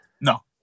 No